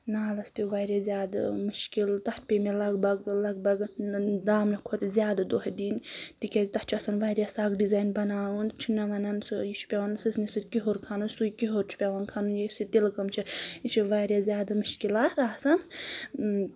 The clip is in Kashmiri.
نالَس پیٚو واریاہ زیادٕ مُشکِل تَتھ پیٚیہِ مےٚ لگ بگ لگ بگ دامنہٕ کھۄتہٕ زیادٕ دۄہ دِنۍ تِکیازِ تَتھ چھُ آسان واریاہ سَخ ڈِزایِن بَناوُن چھِ نہ وَنان سُہ یہِ چھُ پیٚوان سٕژنہِ سۭتۍ کِہُر کھَنُن سُے کِہُر چھُ پیٚوان کھَنُن یُس یہِ تِلہٕ کٲم چھِ یہِ چھِ واریاہ زیادٕ مُشکِلات آسان